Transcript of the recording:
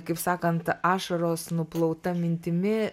kaip sakant ašaros nuplauta mintimi